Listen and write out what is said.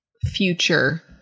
future